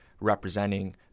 representing